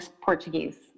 portuguese